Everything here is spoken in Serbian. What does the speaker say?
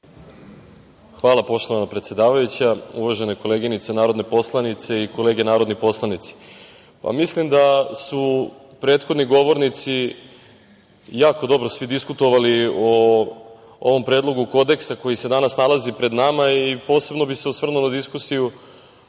Hvala, poštovana predsedavajuća. Uvažene koleginice narodne poslanice i kolege narodni poslanici, mislim da su prethodni govornici jako dobro svi diskutovali o ovom predlogu kodeksa koji se danas nalazi pred nama. Posebno bih se osvrnuo na diskusiju